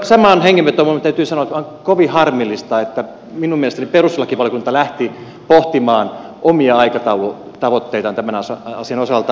samaan hengenvetoon minun täytyy sanoa että on kovin harmillista että minun mielestäni perustuslakivaliokunta lähti pohtimaan omia aikataulutavoitteitaan tämän asian osalta